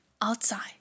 outside